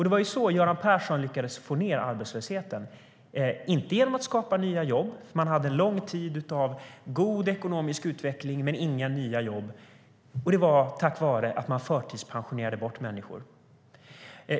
Det var ju så Göran Persson lyckades få ned arbetslösheten, inte genom att skapa nya jobb. Man hade en lång tid av god ekonomisk utveckling men inga nya jobb, och det var tack vare att man förtidspensionerade bort människor.